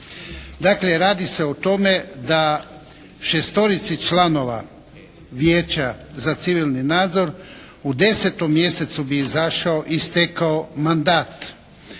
Dakle radi se o tome da šestorici članova Vijeća za civilni nadzor u 10. mjesecu bi izašao, istekao mandat.